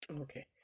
okay